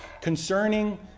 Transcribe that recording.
concerning